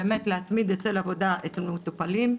באמת כדי להתמיד בעבודה אצל מטופלים,